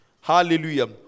Hallelujah